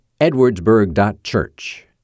edwardsburg.church